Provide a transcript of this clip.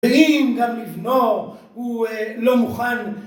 ‫אם גם לבנו הוא לא מוכן.